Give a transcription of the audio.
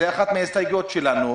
זו אחת ההסתייגויות שלנו.